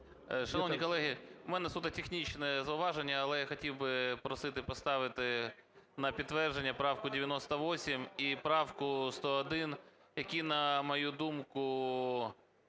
Шановні колеги, в мене суто технічне зауваження, але я хотів би просити поставити на підтвердження правку 98 і правку 101, які, на мою думку,